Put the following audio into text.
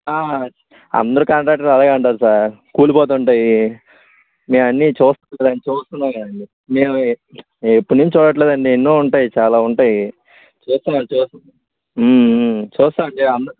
అందరూ కాంట్రాక్టర్ లు అలాగే అంటారు సార్ కూలిపోతుంటాయి మేము అన్నీ చూస్తున్నాం చూస్తున్నాం కదండీ మేము ఎప్పటి నుంచి చూడట్లేదండి ఎన్నో ఉంటాయి చాలా ఉంటాయి చూస్తునం చూస్తున్నాం చూస్తామండి అంద